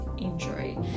injury